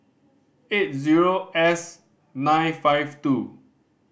eight zero S nine five two